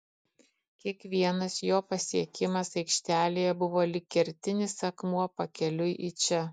kiekvienas jo pasiekimas aikštelėje buvo lyg kertinis akmuo pakeliui į čia